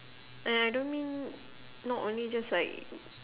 and I don't mean not only just like